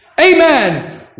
Amen